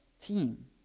team